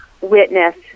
witness